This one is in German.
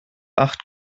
acht